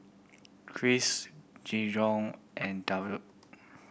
Chris Gijon and Daryn